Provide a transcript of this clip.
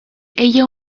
ejjew